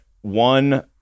One